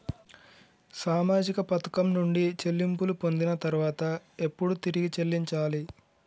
సామాజిక పథకం నుండి చెల్లింపులు పొందిన తర్వాత ఎప్పుడు తిరిగి చెల్లించాలి?